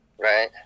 Right